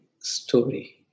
story